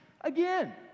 again